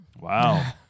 Wow